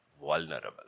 vulnerable